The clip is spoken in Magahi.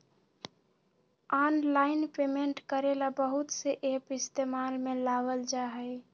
आनलाइन पेमेंट करे ला बहुत से एप इस्तेमाल में लावल जा हई